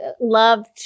loved